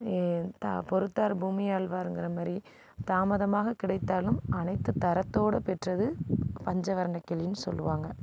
பொறுத்தார் பூமி ஆள்வார்ங்கிற மாதிரி தாமதமாக கிடைத்தாலும் அனைத்து தரத்தோடு பெற்றது பஞ்சவர்ண கிளின்னு சொல்லுவாங்க